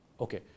Okay